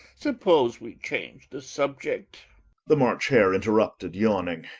suppose we change the subject the march hare interrupted, yawning.